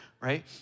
right